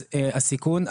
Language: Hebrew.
אז הסיכון,